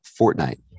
Fortnite